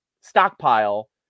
stockpile